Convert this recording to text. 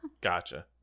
Gotcha